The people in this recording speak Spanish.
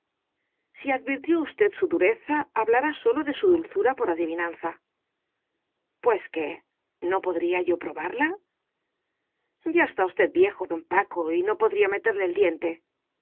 i advirtió usted su dureza hablará sólo de su dulzura por adivinanza pues qué no podría yo probarla y a está usted viejo don paco y no podría meterle el diente